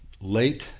late